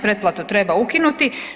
Pretplatu treba ukinuti.